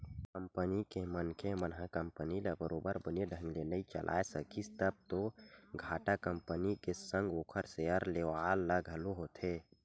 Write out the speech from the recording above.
company के मनखे मन ह कंपनी ल बरोबर बने ढंग ले नइ चलाय सकिस तब तो घाटा कंपनी के संग ओखर सेयर लेवाल ल घलो होथे